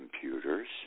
computers